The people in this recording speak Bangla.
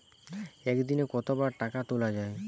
একদিনে কতবার টাকা তোলা য়ায়?